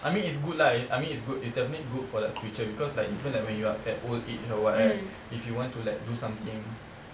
I mean it's good lah I mean it's good it's definitely good for like future because like even like when you are at work age or what right if you want to do something